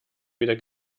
weder